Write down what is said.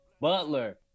Butler